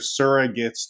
surrogates